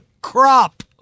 crop